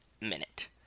minute